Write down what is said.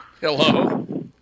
Hello